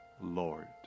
Lord